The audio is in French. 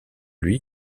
lui